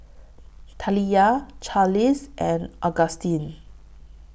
Taliyah Charlize and Agustin